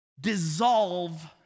Dissolve